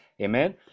Amen